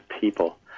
people